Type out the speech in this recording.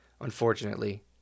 unfortunately